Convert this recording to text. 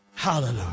Hallelujah